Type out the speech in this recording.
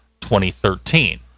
2013